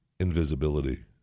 Invisibility